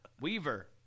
Weaver